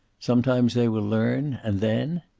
sometimes they will learn, and then?